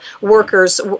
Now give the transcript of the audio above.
workers